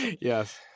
Yes